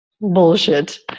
bullshit